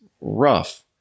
rough